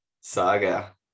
saga